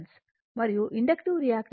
మరియుఇండక్టివ్ reactance అంటే XL j L ω